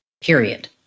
period